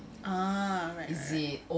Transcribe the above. ah right right right